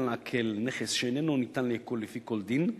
לעקל נכס שאיננו ניתן לעיקול לפי כל דין,